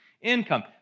income